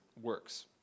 works